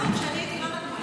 כשאני הייתי, לא נתנו לי.